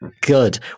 Good